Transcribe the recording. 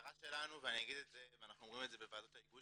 המטרה שלנו ואני אגיד את זה ואנחנו אומרים את זה בוועדות ההיגוי